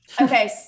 okay